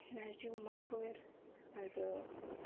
नारजि अमाफोर आरो